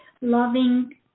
loving